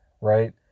right